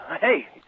Hey